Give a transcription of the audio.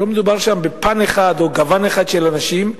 לא מדובר שם בפן אחד או בגוון אחד של אנשים.